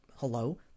Hello